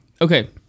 Okay